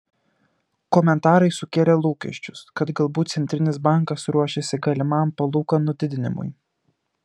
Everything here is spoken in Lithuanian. komentarai sukėlė lūkesčius kad galbūt centrinis bankas ruošiasi galimam palūkanų didinimui